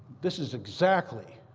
this is exactly